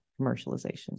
commercialization